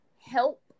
help